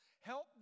Help